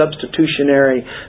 substitutionary